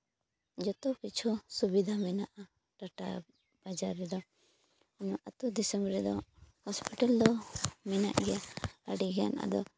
ᱡᱚᱛᱚ ᱠᱤᱪᱷᱩ ᱥᱩᱵᱤᱫᱟ ᱢᱮᱱᱟᱜᱼᱟ ᱴᱟᱴᱟ ᱱᱟᱡᱟᱨ ᱨᱮᱫᱚ ᱚᱱᱟ ᱟᱹᱛᱩ ᱫᱤᱥᱚᱢ ᱨᱮᱫᱚ ᱦᱚᱥᱯᱤᱴᱟᱹᱞ ᱫᱚ ᱢᱮᱱᱟᱜ ᱜᱮᱭᱟ ᱟᱹᱰᱤ ᱜᱟᱱ